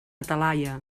talaia